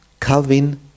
Calvin